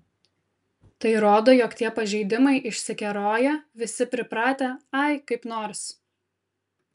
tai rodo jog tie pažeidimai išsikeroję visi pripratę ai kaip nors